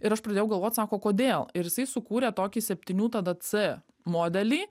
ir aš pradėjau galvot sako kodėl ir jisai sukūrė tokį septynių tada c modelį